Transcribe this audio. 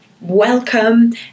Welcome